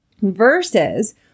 versus